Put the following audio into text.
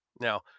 Now